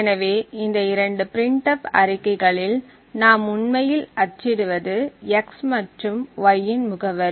எனவே இந்த இரண்டு printf அறிக்கைகளில் நாம் உண்மையில் அச்சிடுவது x மற்றும் y இன் முகவரி